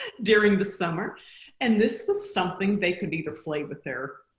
during the summer and this was something they could either play with their